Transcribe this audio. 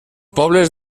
pobles